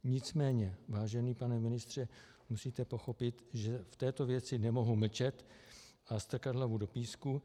Nicméně, vážený pane ministře, musíte pochopit, že v této věci nemohu mlčet a strkat hlavu do písku.